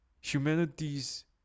humanity's